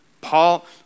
Paul